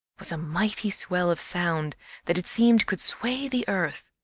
was a mighty swell of sound that it seemed could sway the earth.